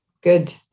Good